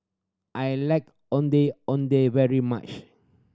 I like Ondeh Ondeh very much